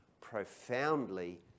profoundly